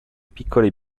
piccoli